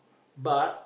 but